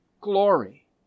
glory